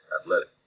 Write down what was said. athletic